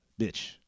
Bitch